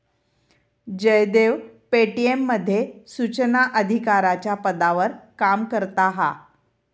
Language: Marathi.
जयदेव पे.टी.एम मध्ये सुचना अधिकाराच्या पदावर काम करता हा